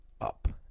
up